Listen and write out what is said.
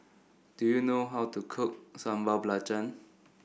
do you know how to cook Sambal Belacan